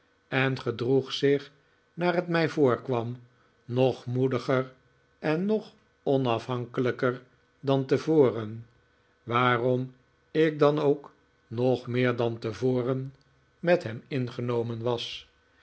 en gedroeg zich naar het mij voorkwam nog moediger en nog onafhankelijker dan tevoren waarom ik dan ook nog meer dan tevoren met hem ingenomen was